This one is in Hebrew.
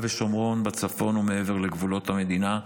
ביהודה ושומרון, בצפון ומעבר לגבולות המדינה,